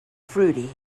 fruity